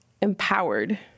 empowered